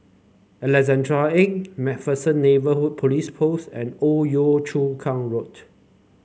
Alexandra Lane MacPherson Neighbourhood Police Post and Old Yio Chu Kang Road